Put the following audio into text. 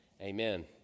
Amen